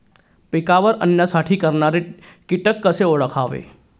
पिकावर अन्नसाठा करणारे किटक कसे ओळखावे?